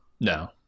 No